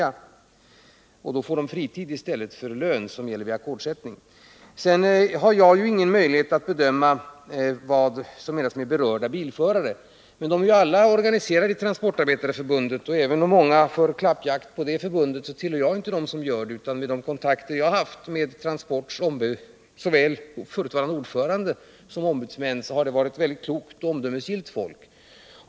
Man får alltså längre fritid i stället för högre lön, som vid ackordssättning. Jag har ingen möjlighet att bedöma vad som menas med berörda bilförare. Men de är ju alla organiserade i Transportarbetareförbundet. Jag tillhör inte dem som bedriver en klappjakt på det förbundet. Vid de kontakter jag har haft med såväl förutvarande ordföranden som ombudsmännen har jag funnit att det är mycket klokt och omdömesgillt folk.